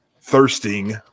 thirsting